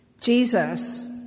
Jesus